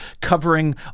covering